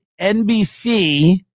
NBC